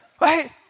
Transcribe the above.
Right